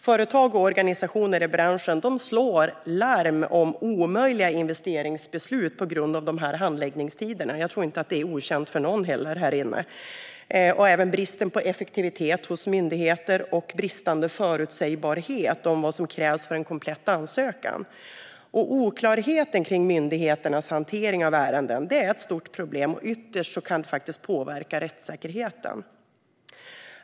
Företag och organisationer i branschen slår larm om omöjliga investeringsbeslut på grund av handläggningstiderna, vilket jag inte tror är okänt för någon här inne, om brist på effektivitet hos myndigheterna och om bristande förutsägbarhet när det gäller vad som krävs för en komplett ansökan. Oklarheten kring myndigheternas hantering av ärenden är ett stort problem, och ytterst kan detta påverka rättssäkerheten.